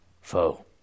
foe